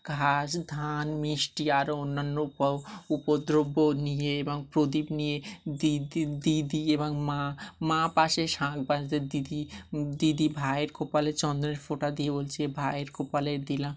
ঘাস ধান মিষ্টি আরও অন্যান্য উপ উপদ্রব্য নিয়ে এবং প্রদীপ নিয়ে দিদি দিদি এবং মা মা পাশে শাঁখ বাজাতে দিদি দিদি ভাইয়ের কপালে চন্দনের ফোঁটা দিয়ে বলছে ভাইয়ের কপালে দিলাম